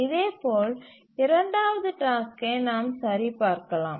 இதேபோல் இரண்டாவது டாஸ்க்கை நாம் சரிபார்க்கலாம்